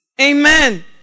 Amen